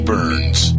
Burns